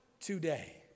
today